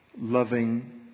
loving